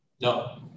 No